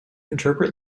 interpret